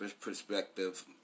perspective